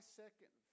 second